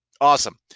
awesome